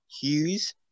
Hughes